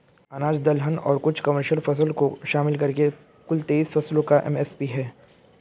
अनाज दलहन और कुछ कमर्शियल फसल को शामिल करके कुल तेईस फसलों का एम.एस.पी है